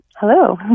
Hello